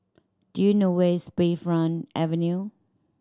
do you know where is Bayfront Avenue